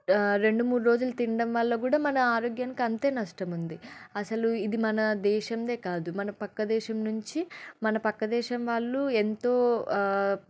రెండు మూడు రోజులు తిండం వల్ల కూడా మన ఆరోగ్యానికి అంతే నష్టముంది అసలు ఇది మన దేశందే కాదు మన పక్క దేశం నుంచి మన పక్క దేశం వాళ్ళు ఎంతో